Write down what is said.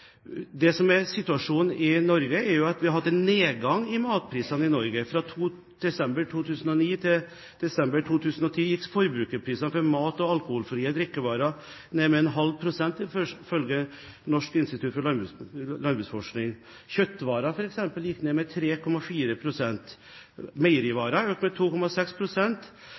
Det som er situasjonen i Norge, er jo at vi har hatt en nedgang i matvareprisene. Fra desember 2009 til desember 2010 gikk forbrukerprisene for mat og alkoholfrie drikkevarer ned med 0,5 pst., ifølge Norsk institutt for landbruksforskning. Kjøttvarer, f.eks., gikk ned med 3,4 pst. Meierivarer økte med